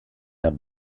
der